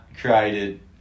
created